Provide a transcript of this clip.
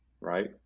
right